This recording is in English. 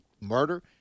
murder